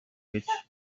гэж